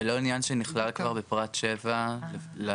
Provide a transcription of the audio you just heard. זה לא עניין שנכלל כבר בפרט 7 לתוספת,